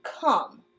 come